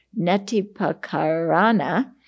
Netipakarana